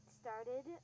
started